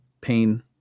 pain